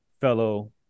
fellow